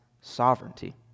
sovereignty